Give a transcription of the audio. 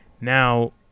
Now